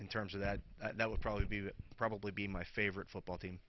in terms of that that would probably be probably be my favorite football team